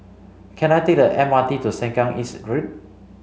can I take the M R T to Sengkang East Road